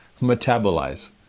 metabolize